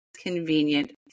convenient